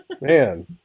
Man